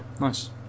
nice